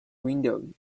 window